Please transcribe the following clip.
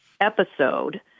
episode